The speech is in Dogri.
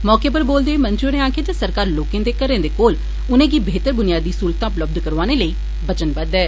मौके उप्पर बोलदे होई मंत्री होरें आक्खेआ जे सरकार लोकें दे घरे दे कोल उनेंगी बेहतर बुनियादी सहूलतां उपलब्ध करौआने लेई वचनबद्ध ऐ